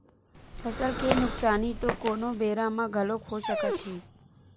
फसल के नुकसानी तो कोनो बेरा म घलोक हो सकत हे